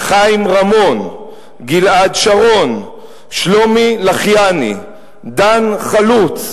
חיים רמון, גלעד שרון, שלומי לחיאני, דן חלוץ.